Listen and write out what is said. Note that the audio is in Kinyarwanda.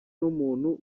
n’umuntu